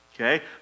Okay